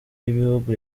y’ibihugu